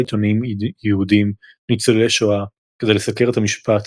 עיתונאים יהודים ניצולי השואה כדי לסקר את המשפט